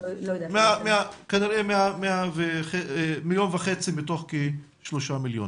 1.5 מיליון מתוך כ-3 מיליון.